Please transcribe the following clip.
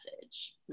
message